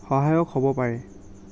সহায়ক হ'ব পাৰে